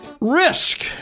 risk